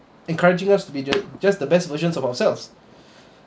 encouraging us to be just just the best versions of ourselves